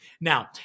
Now